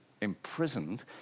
imprisoned